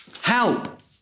Help